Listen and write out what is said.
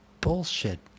Bullshit